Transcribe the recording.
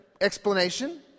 explanation